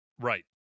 Right